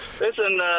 Listen